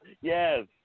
Yes